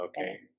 okay